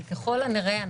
אבל ככל הנראה,